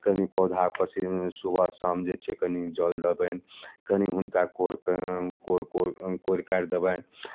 कनी पौधा सुबह शाम जे छै कनी जल देबनि कनी हुनका कोर कऽ कोर कोर कोरि काइर देबनि